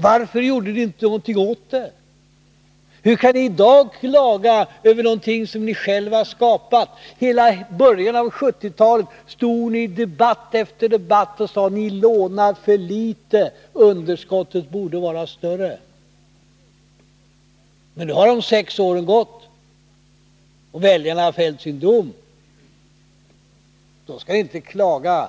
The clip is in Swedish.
Varför gjorde ni ingenting åt det? Hur kan ni i dag klaga över någonting som ni själva har skapat? I början av 1970-talet stod ni i debatt efter debatt och sade: Ni lånar för litet — underskottet borde vara större. Men nu har de sex åren gått, och väljarna har fällt sin dom. Då skall ni inte klaga